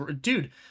dude